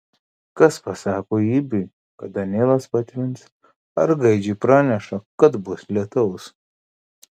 kas pasako ibiui kada nilas patvins ar gaidžiui praneša kad bus lietaus